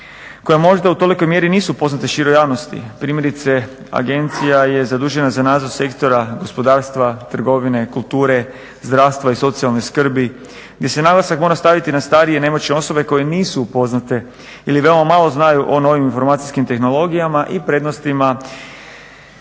koja možda u tolikoj mjeri nisu poznata široj javnosti. Primjerice, agencija je zadužena za nadzor sektora gospodarstva, trgovine, kulture, zdravstva i socijalne skrbi gdje se naglasak mora staviti na starije i nemoćne osobe koje nisu upoznate ili veoma malo znaju o novim informacijskim tehnologijama i prednostima